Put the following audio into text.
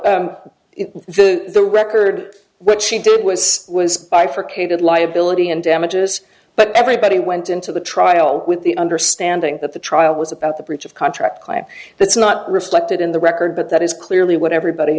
know the record what she did was was bifurcated liability and damages but everybody went into the trial with the understanding that the trial was about the breach of contract claim that's not reflected in the record but that is clearly what everybody